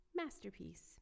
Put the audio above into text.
masterpiece